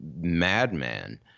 madman